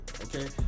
okay